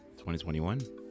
2021